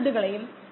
പരിവർത്തന ഘടകം 2